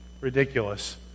ridiculous